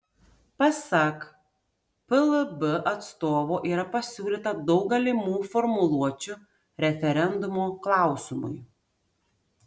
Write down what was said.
pasak plb atstovo yra pasiūlyta daug galimų formuluočių referendumo klausimui